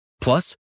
Plus